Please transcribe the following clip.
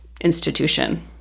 institution